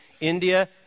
India